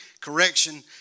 correction